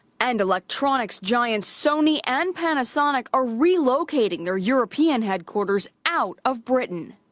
and electronics giants sony and panasonic are relocating their european headquarters out of britain.